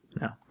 No